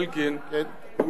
אולי שגיתי בכך,